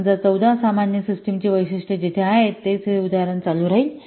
समजा 14 सामान्य सिस्टिम ची वैशिष्ट्ये जिथे आहेत तेथे हेच उदाहरण चालू राहील